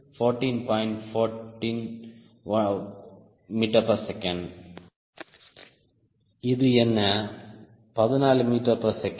14ms இது என்ன 14 ms